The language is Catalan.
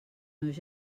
meus